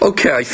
Okay